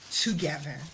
together